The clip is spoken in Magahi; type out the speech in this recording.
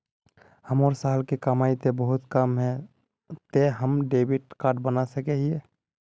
हमर साल के कमाई ते बहुत कम है ते हम डेबिट कार्ड बना सके हिये?